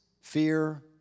fear